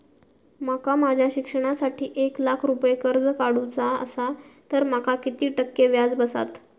माका माझ्या शिक्षणासाठी एक लाख रुपये कर्ज काढू चा असा तर माका किती टक्के व्याज बसात?